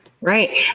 right